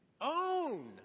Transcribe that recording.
Own